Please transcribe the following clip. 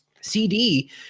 CD